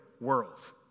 world